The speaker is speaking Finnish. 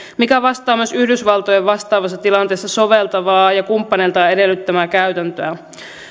vastaa myös yhdysvaltojen vastaavassa tilanteessa soveltamaa ja kumppaneiltaan edellyttämää käytäntöä